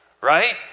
right